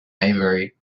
maybury